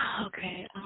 Okay